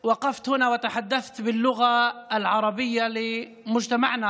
(אומר דברים בשפה הערבית, להלן תרגומם: